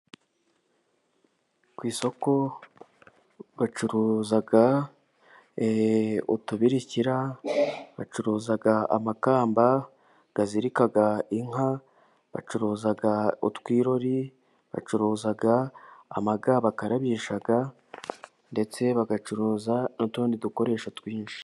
Ku isoko bacuruza utubirikira, bacuruza amakamba azirika inka, bacuruza utwirori, bacuruza amaga bakarabisha, ndetse bagacuruza n'utundi dukoresho twinshi.